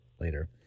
later